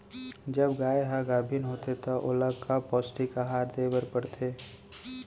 जब गाय ह गाभिन होथे त ओला का पौष्टिक आहार दे बर पढ़थे?